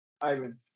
Ivan